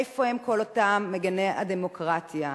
איפה הם כל אותם מגיני הדמוקרטיה?